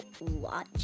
watch